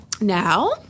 now